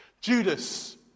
Judas